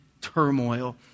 turmoil